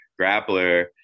grappler